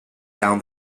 down